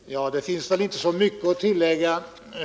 Herr talman! Det finns inte så mycket att tillägga.